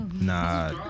nah